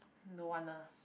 don't want nah